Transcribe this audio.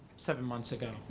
seven months ago.